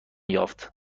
یافت